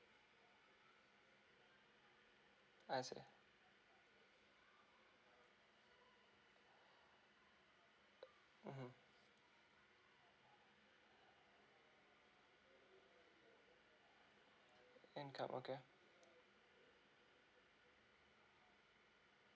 I see mmhmm income okay